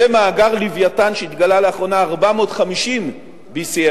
ומאגר "לווייתן" שהתגלה לאחרונה, BCM 450,